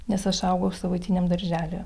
nes aš augau savaitiniam darželyje